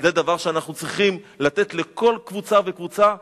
זה דבר שאנחנו צריכים לתת לכל קבוצה וקבוצה,